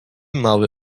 mały